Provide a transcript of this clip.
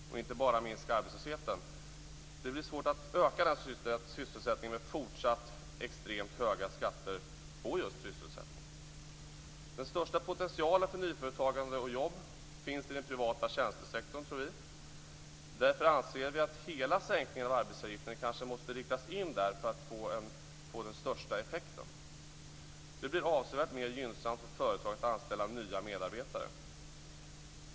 Det blir inte bara svårt att minska arbetslösheten utan också att öka sysselsättningen med fortsatt extremt höga skatter på just sysselsättningen. Den största potentialen för nyföretagande och jobb tror vi finns inom den privata tjänstesektorn. Därför anser vi att hela sänkningen av arbetsgivaravgiften kanske måste riktas in där för att få den största effekten. Det blir avsevärt mera gynnsamt för företag att anställa nya medarbetare.